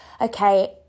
okay